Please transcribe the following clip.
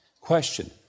Question